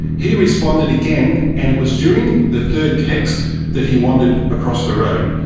he responded again, and it was during the third text that he wandered across the road.